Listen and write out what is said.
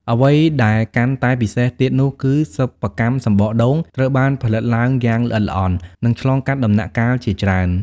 អ្វីដែលកាន់តែពិសេសទៀតនោះគឺ សិប្បកម្មសំបកដូង ត្រូវបានផលិតឡើងយ៉ាងល្អិតល្អន់ និងឆ្លងកាត់ដំណាក់កាលជាច្រើន។